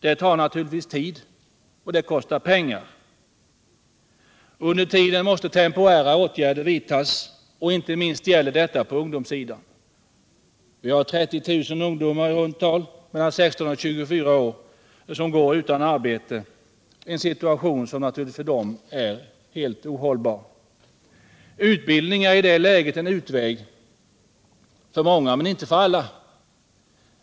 Det tar naturligtvis tid, och det kostar pengar. Under tiden måste temporära åtgärder vidtas, och detta gäller inte minst på ungdomsområdet. Vi har i vårt land 30 000 ungdomar mellan 16 och 24 år som går utan arbete, en situation som naturligtvis för dem är helt ohållbar. Utbildning är i det läget en utväg för många men inte för alla.